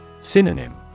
Synonym